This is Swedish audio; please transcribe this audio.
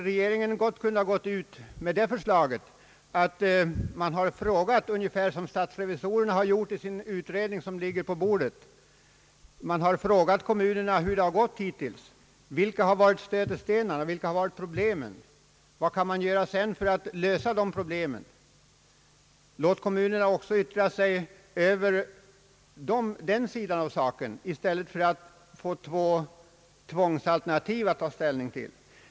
Regeringen hade kunnat fråga kommunerna — ungefär som statsrevisorerna gjort i den utredningen som ligger på bordet — hur det gått hittills. Vilka har varit stötestenarna? Vilka har problemen varit? Vad kan man sedan göra för att lösa dessa problem. Låt kommunerna också yttra sig över dessa sidor av saken i stället för att ge dem två tvångsalternativ att ta ställning till!